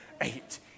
Eight